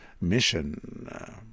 mission